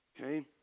okay